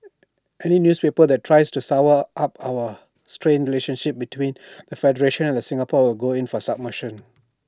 any newspaper that tries to sour up our strain relations between the federation and Singapore will go in for subversion